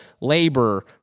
labor